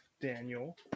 Daniel